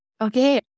okay